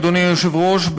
אדוני היושב-ראש,